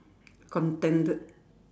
contended